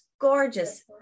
gorgeous